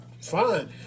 fine